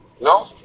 No